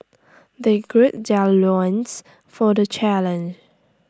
they gird their loins for the challenge